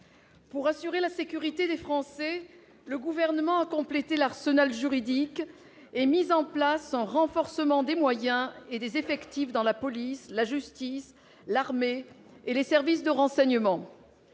Pour assurer la sécurité des Français, le Gouvernement a complété l'arsenal juridique et mis en place un renforcement des moyens et des effectifs dans la police, la justice, l'armée et les services de renseignement.